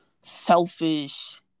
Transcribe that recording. selfish